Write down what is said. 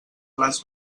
les